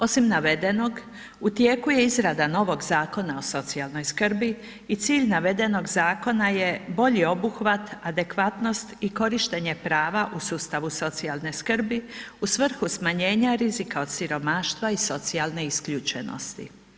Osim navedenog, u tijeku je izrada novog Zakona o socijalnoj skrbi i cilj navedenog zakona je bolji obuhvat, adekvatnost i korištenje prava u sustavu socijalne skrbi u svrhu smanjenja rizika od siromaštva i socijalne isključenosti.